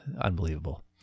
unbelievable